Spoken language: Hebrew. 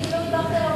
אני לא הצבעתי על,